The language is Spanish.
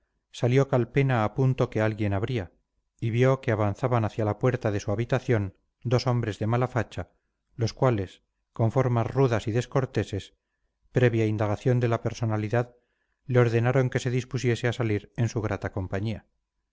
salió calpena a punto que alguien abría y vio que avanzaban hacia la puerta de su habitación dos hombres de mala facha los cuales con formas rudas y descorteses previa indagación de la personalidad le ordenaron que se dispusiese a salir en su grata compañía